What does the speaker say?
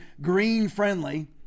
green-friendly